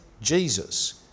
Jesus